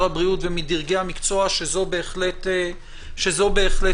הבריאות ומדרגי המקצוע שזו בהחלט הכוונה.